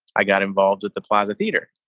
i got involved at the plaza theater,